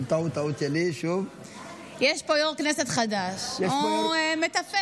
לא הכול, יש גם תרומות, אבל עדיין.